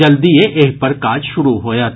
जल्दीए एहि पर काज शुरू होयत